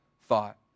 thought